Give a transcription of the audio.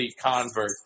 convert